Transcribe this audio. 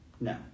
No